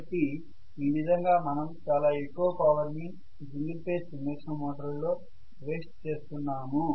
కాబట్టి ఈ విధంగా మనం చాలా ఎక్కువ పవర్ ని ఈ సింగిల్ ఫేజ్ ఇండక్షన్ మోటార్ల లో వేస్ట్ చేస్తున్నాము